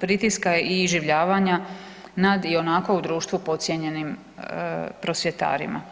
pritiska i iživljavanja nad i onako u društvu podcijenjenim prosvjetarima.